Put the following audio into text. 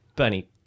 Bernie